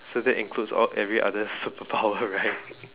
so that includes all every other superpower right